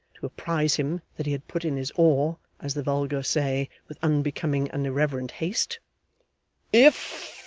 to apprise him that he had put in his oar, as the vulgar say, with unbecoming and irreverent haste if,